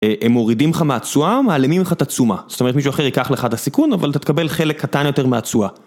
הם מורידים לך מהתשואה, ומעלמים לך את התשומה, זאת אומרת מישהו אחר ייקח לך את הסיכון, אבל תתקבל חלק קטן יותר מהתשואה.